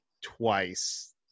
twice